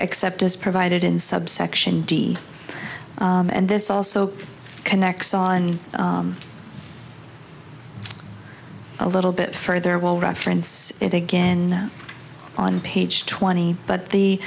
except as provided in subsection d and this also connects on a little bit further will reference it again on page twenty but the